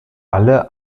alle